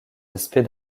aspects